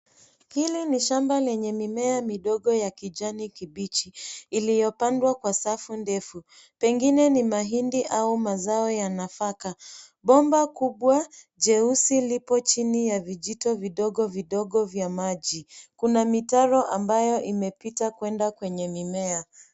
Hili ni shamba lenye mimea midogo ya kijani kibichi iliyopandwa kwa safu ndefu. pengine ni mahidni au mazao ya nafaka. Bomba kubwa jeusi lipo chini ya vijito vidogovidogo vya maji. Kuna mitarro ambayo imepita kuenda kwenye mimea.